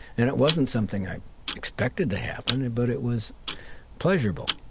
and it wasn't something i expected to happen. and but it was pleasurable.